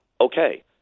okay